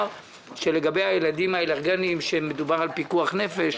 שלגבי הילדים עם האלרגיה מדובר על פיקוח נפש.